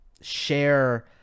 share